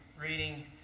reading